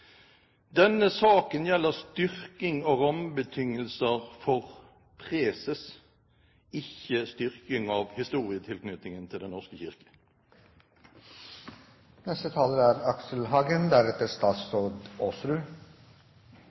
Denne saken gjelder styrking og rammebetingelser for preses, ikke styrking av historietilknytningen til Den norske